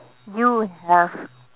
you have